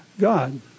God